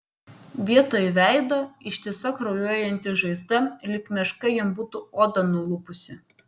vietoj veido ištisa kraujuojanti žaizda lyg meška jam būtų odą nulupusi